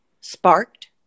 sparked